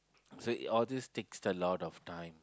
so all these takes a lot of time